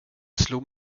slog